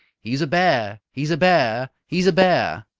he's a bear! he's a bear! he's a bear!